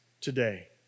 today